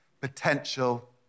potential